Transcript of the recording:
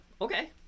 Okay